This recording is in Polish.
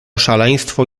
szaleństwo